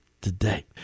today